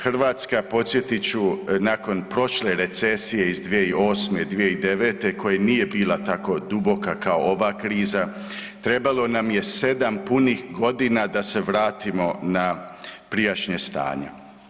Hrvatska, podsjetit ću, nakon prošle recesije iz 2008., 2009., koja nije bila tako duboka kao ova kriza, trebalo nam je 7 punih godina da se vratimo na prijašnje stanje.